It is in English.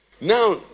now